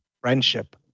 friendship